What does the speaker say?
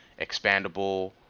expandable